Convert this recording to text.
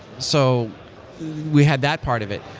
so we had that part of it.